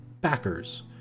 backers